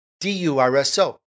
D-U-R-S-O